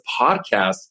podcast